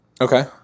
Okay